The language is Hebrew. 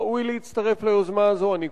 שראוי להצטרף ליוזמה הזאת.